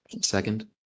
Second